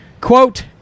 Quote